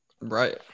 Right